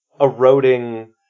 eroding